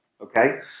Okay